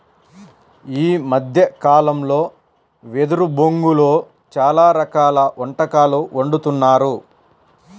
ఈ మద్దె కాలంలో వెదురు బొంగులో చాలా రకాల వంటకాలు వండుతున్నారు